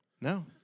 No